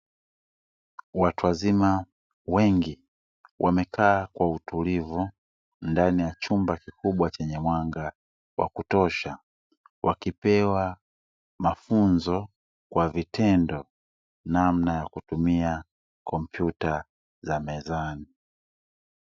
Watu wazima wengi wamekaa kwa utulivu ndani ya chumba kikumbwa chenye mwanga wa kutosha. Wakipewa mafunzo kwa vitendo ya namna ya kutumia kompyuta za mezani.